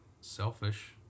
selfish